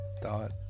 thought